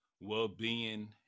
well-being